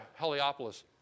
Heliopolis